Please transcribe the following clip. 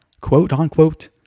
quote-unquote